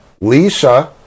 Lisa